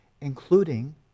Including